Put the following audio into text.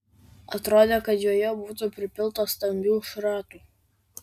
atrodė kad joje būtų pripilta stambių šratų